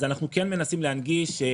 אנחנו כן מנסים להנגיש,